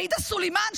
ועאידה סלימאן,